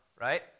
right